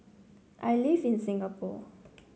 I live in Singapore